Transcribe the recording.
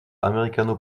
américano